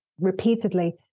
repeatedly